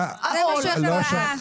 את עובדת באוצר וזה מה שאכפת לך.